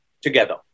together